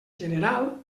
general